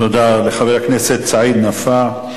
תודה לחבר הכנסת סעיד נפאע.